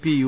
P U